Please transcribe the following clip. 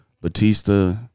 Batista